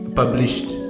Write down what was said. published